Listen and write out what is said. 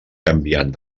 canviant